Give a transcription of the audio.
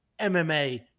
MMA